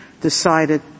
decided